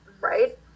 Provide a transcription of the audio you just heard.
Right